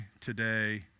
today